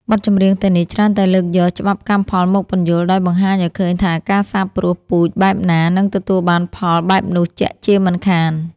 បទចម្រៀងទាំងនេះច្រើនតែលើកយកច្បាប់កម្មផលមកពន្យល់ ដោយបង្ហាញឱ្យឃើញថាការសាបព្រោះពូជបែបណា នឹងទទួលបានផលបែបនោះជាក់ជាមិនខាន។